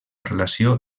relació